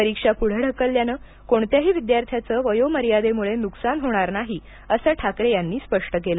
परीक्षा पुढे ढकलल्याने कोणत्याही विद्यार्थ्याचे वयोमर्यादेमुळे नुकसान होणार नाही असं ठाकरे यांनी स्पष्ट केलं